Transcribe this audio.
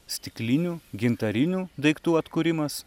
stiklinių gintarinių daiktų atkūrimas